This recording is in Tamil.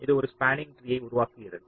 இது ஒரு ஸ்பாண்ணிங் ட்ரீயை உருவாக்குகிறது